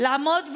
לעמוד ולהגיד: